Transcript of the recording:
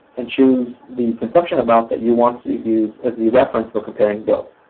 and choose the consumption amount that you want to use as the reference for comparing bills.